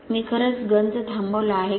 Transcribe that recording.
मी खरंच गंज थांबवला आहे का